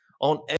on